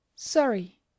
Sorry